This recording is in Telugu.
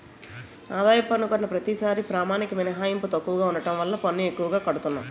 ఆదాయపు పన్ను కట్టిన ప్రతిసారీ ప్రామాణిక మినహాయింపు తక్కువగా ఉండడం వల్ల పన్ను ఎక్కువగా కడతన్నాము